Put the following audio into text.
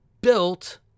built